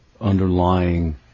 underlying